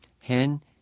Hen